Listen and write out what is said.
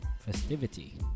festivity